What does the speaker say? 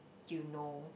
you know